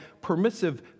Permissive